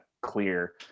clear